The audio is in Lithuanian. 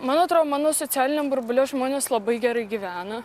man atrodo mano socialiniam burbule žmonės labai gerai gyvena